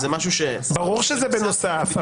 ברור שזה בנוסף.